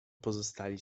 pozostali